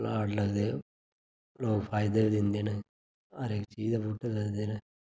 लाड़ लगदे लोक फायदे बी दिंदे न हर इक चीज़ दे बूह्टे लगदे न